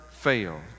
fail